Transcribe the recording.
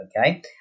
Okay